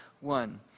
one